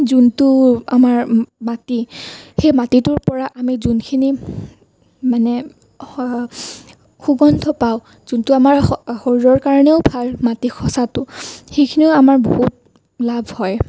যিটো আমাৰ মাটি সেই মাটিটোৰ পৰা আমি যিখিনি মানে সুগন্ধ পাওঁ যিটো আমাৰ শৰীৰৰ কাৰণেও ভাল মাটি খছাটো সেইখিনি আমাৰ বহুত লাভ হয়